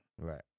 Right